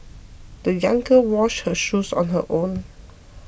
the young girl washed her shoes on her own